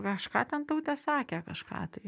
kažką ten tautė sakė kažką tai